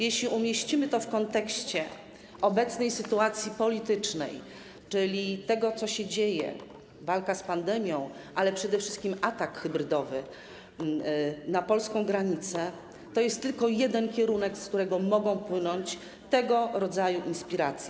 Jeśli umieścimy to w kontekście obecnej sytuacji politycznej, czyli tego, co się dzieje, walki z pandemią, ale przede wszystkim ataku hybrydowego na polską granicę, to widać, że jest tylko jeden kierunek, z którego mogą płynąć tego rodzaju inspiracje.